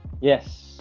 Yes